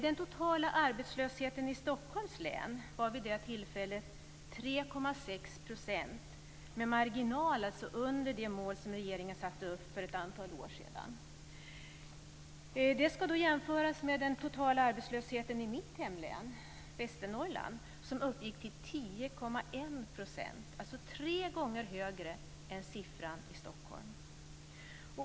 Den totala arbetslösheten i Stockholms län var under den här tiden 3,6 %, alltså med marginal under det mål som regeringen satte upp för ett antal år sedan. Detta ska då jämföras med den totala arbetslösheten i mitt hemlän, Västernorrland, som uppgick till 10,1 %. Det är alltså en tre gånger så hög siffra som den för Stockholm.